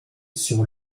sur